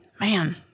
Man